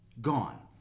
gone